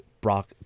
Brock